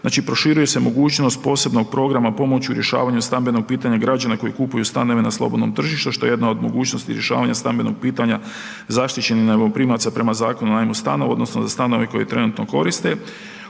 znači proširuje se mogućnost posebnog programa pomoću rješavanja stambenog pitanja građana koji kupuju stanove na slobodnom tržištu, što je jedna od mogućnosti rješavanja stambenog pitanja zaštićenih najmoprimaca prema Zakonu o najmu stanova odnosno za stanove koje trenutno koriste,